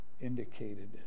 indicated